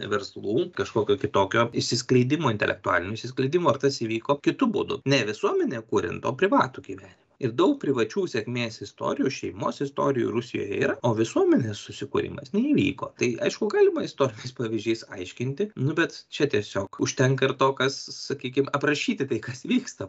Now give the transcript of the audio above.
verslų kažkokio kitokio išsiskleidimo intelektualinio išsiskleidimo ir tas įvyko kitu būdu ne visuomenę kuriant o privatų gyvenimą ir daug privačių sėkmės istorijų šeimos istorijų rusijoje yra o visuomenės susikūrimas neįvyko tai aišku galima istoriniais pavyzdžiais aiškinti nu bet čia tiesiog užtenka ir to kas sakykim aprašyti tai kas vyksta